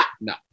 No